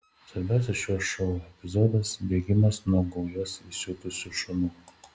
svarbiausias šio šou epizodas bėgimas nuo gaujos įsiutusių šunų